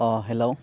अह hello